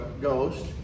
Ghost